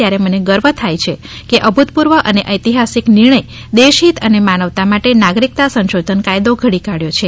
ત્યારે મને ગર્વ થાય છે કે અભૂતપૂર્વ અને ઐતિહાસિક નિર્ણય દેશહિત અને માનવતા માટે નાગરિકતા સંશોધન કાયદો ઘડીને કરેલ છે